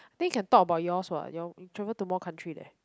I think can talk about yours what your you travel to more country leh